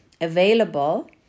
available